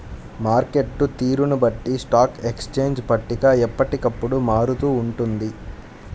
market తీరును బట్టి stock exchange పట్టిక ఎప్పటికప్పుడు మారుతూ ఉంటుంది